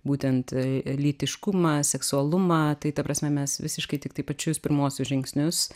būtent lytiškumą seksualumą tai ta prasme mes visiškai tiktai pačius pirmuosius žingsnius